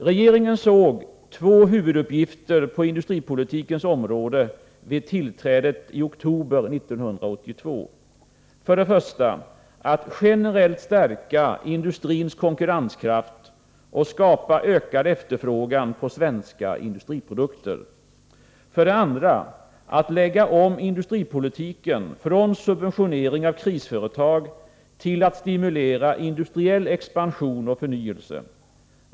Regeringen såg två huvuduppgifter på industripolitikens område vid tillträdet i oktober 1982: För det första: att generellt stärka industrins konkurrenskraft och skapa ökad efterfrågan på svenska industriprodukter. För det andra: att lägga om industripolitiken från subventionering av krisföretag till att stimulera industriell expansion och förnyelse.